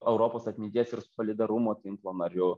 europos atminties ir solidarumo tinklo nariu